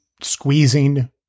squeezing